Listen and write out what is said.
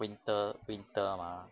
winter winter mah